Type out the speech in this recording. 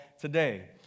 today